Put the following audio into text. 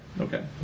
Okay